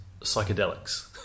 psychedelics